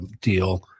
deal